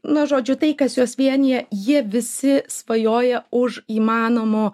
na žodžiu tai kas juos vienija jie visi svajoja už įmanomo